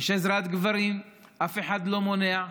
יש עזרת גברים, אף אחד לא מונע.